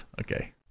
okay